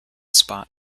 spot